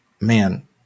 man